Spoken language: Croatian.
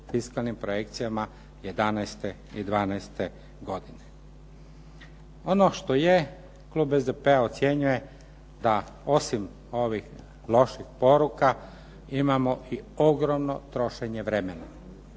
fiskalnim projekcijama 11. i 12. godine. Ono što je klub SDP-a ocjenjuje da osim ovih loših poruka imamo i ogromno trošenje vremena.